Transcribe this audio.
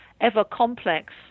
ever-complex